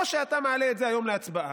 או שאתה מעלה את זה היום להצבעה